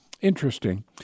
Interesting